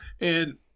And-